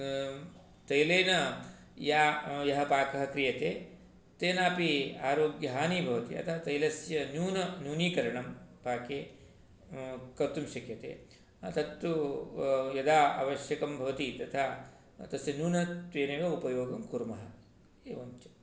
तैलेन या यः पाकः क्रियते तेनापि आरोग्यहानिः भवति अतः तैलस्य न्यूनं न्यूनीकरणं पाके कर्तुं शक्यते तत्तु यदा आवश्यकं भवति तथा तस्य न्यूनत्वेनेव उपयोगं कुर्मः एवञ्च